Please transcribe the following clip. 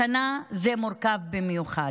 השנה זה מורכב במיוחד.